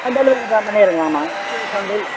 ஆ delivery பண்ணிடுவேங்க ஆமாம் ஆ டெல்